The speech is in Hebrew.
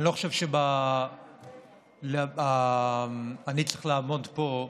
אני לא חושב שאני צריך לעמוד פה,